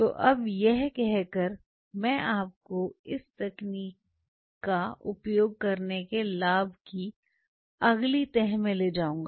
तो अब यह कह कर मैं आपको इस तकनीक का उपयोग करके लाभ की अगली तह में ले जाऊंगा